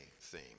theme